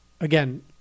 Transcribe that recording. Again